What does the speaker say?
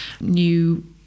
new